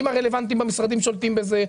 הרלוונטיים במשרדים שולטים על זה.